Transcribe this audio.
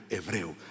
evreu